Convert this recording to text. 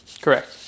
Correct